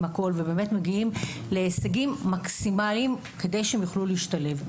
ומגיעים להישגים מקסימליים כדי שהם יוכלו להשתלב.